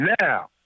Now